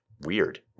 Weird